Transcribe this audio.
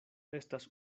estas